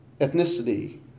ethnicity